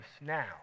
now